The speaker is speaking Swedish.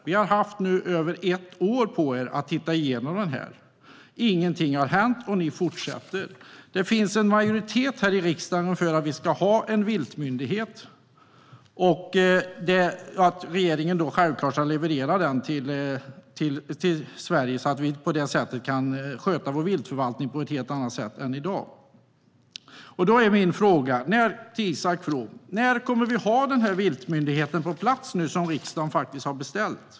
Ni har nu haft över ett år på er för att titta igenom det här. Ingenting har hänt, och så fortsätter det. Det finns en majoritet här i riksdagen för att vi ska ha en viltmyndighet. Regeringen ska då självklart leverera den till Sverige så att vi på det sättet kan sköta vår viltförvaltning på ett helt annat sätt än i dag. Jag vill fråga Isak From: När kommer vi att ha den här viltmyndigheten på plats, som riksdagen faktiskt har beställt?